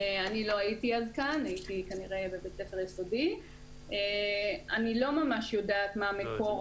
אני לא הייתי כאן אז, ואני לא ממש יודעת מה מקור